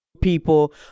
people